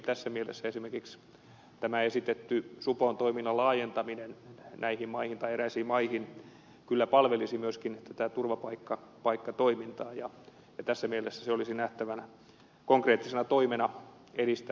tässä mielessä esimerkiksi tämä esitetty supon toiminnan laajentaminen näihin maihin tai eräisiin maihin kyllä palvelisi myöskin tätä turvapaikkatoimintaa ja tässä mielessä se olisi nähtävänä konkreettisena toimena edistää tätä asiaa